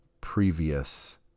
previous